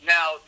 Now